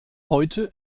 heute